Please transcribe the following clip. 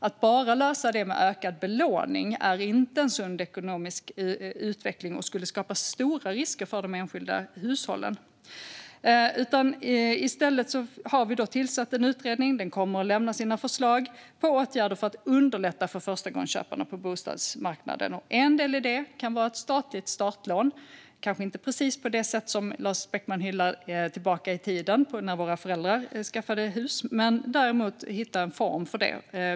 Att lösa det bara genom ökad belåning är inte en sund ekonomisk utveckling, och det skulle skapa stora risker för de enskilda hushållen. Vi har tillsatt en utredning. Den kommer att lämna sina förslag på åtgärder för att underlätta för förstagångsköparna på bostadsmarknaden. En del i det kan vara ett statligt startlån. Det ska kanske inte vara precis som det lån Lars Beckman hyllar och som fanns när våra föräldrar skaffade hus. Men vi ska hitta en form för det.